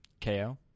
KO